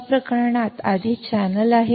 या प्रकरणात पण आधीच चॅनेल आहे